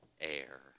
air